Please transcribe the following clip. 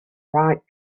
right